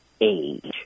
age